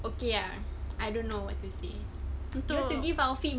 okay ah I don't know what to say to untuk